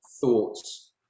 thoughts